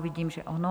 Vidím, že ano.